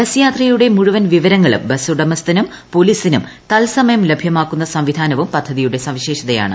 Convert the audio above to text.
bus യാത്രയുടെ മുഴുവൻ വിവരങ്ങളും ബസ് ഉടമസ്ഥനും പോലീസിനും തൽസമയം ലഭ്യമാക്കുന്ന സംവിധാനവും പദ്ധതിയുടെ സവിശേഷതയാണ്